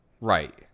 Right